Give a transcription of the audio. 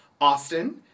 Austin